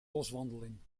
boswandeling